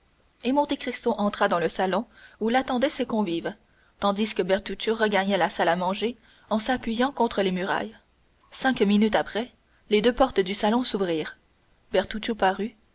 et monte cristo entra dans le salon où l'attendaient ses convives tandis que bertuccio regagnait la salle à manger en s'appuyant contre les murailles cinq minutes après les deux portes du salon s'ouvrirent